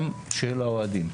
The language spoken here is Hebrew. גם של האוהדים.